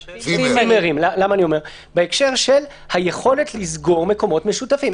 אחרים, בהקשר של יכולת לסגור מקומות משותפים.